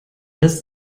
das